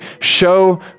show